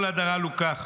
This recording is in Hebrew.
כל הדרה לוקח